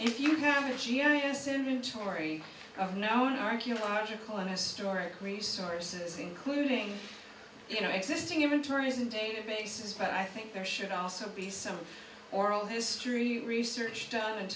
if you have this inventory of known archeological and historic resources including you know existing inventories and databases but i think there should also be some oral history research done